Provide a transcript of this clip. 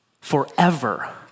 forever